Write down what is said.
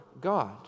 God